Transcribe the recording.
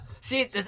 see